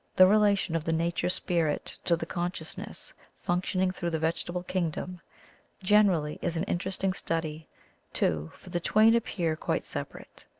the relation of the nature spirit to the consciousness func tioning through the vegetable kingdom gen erally is an interesting study too, for the twain appear quite separate.